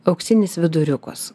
auksinis viduriukas